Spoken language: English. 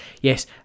yes